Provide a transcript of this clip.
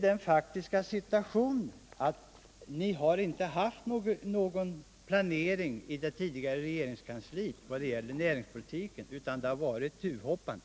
Den faktiska situationen är ju att ni inte hade någon planering för näringspolitiken då ni satt i regeringskansliet, utan det blev ett tuvhoppande.